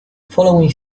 following